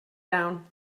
down